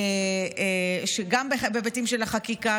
גם בהיבטים של החקיקה,